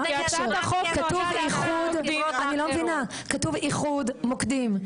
אני לא מבינה, כתוב "איחוד מוקדים".